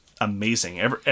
amazing